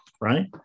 right